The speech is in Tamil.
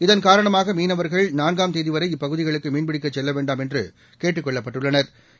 இதன் காரணமாக மீனவர்கள் நான்காம் தேதிவரை இப்பகுதிகளுக்கு மீன்பிடிக்கச் செல்ல வேண்டாம் என்று கேட்டுக் கொள்ளப்பட்டுள்ளனா்